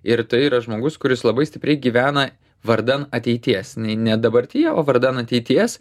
ir tai yra žmogus kuris labai stipriai gyvena vardan ateities nei ne dabartyje o vardan ateities